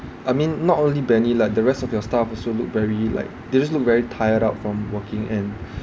I mean not only benny lah the rest of your staff also look very like they just look very tired out from working and